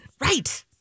Right